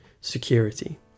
security